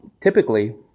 typically